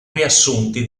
riassunti